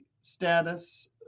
status